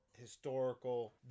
historical